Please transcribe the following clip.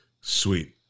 Sweet